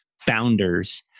founders